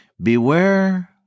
Beware